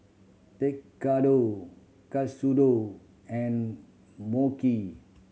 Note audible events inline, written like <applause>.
Tekkadon Katsudon and <unintelligible>